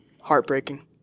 heartbreaking